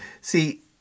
See